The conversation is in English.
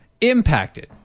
impacted